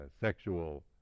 sexual